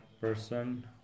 person